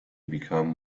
become